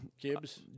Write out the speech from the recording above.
Gibbs